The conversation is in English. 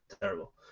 terrible